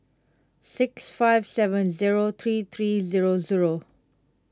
six five seven zero three three zero zero